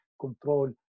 control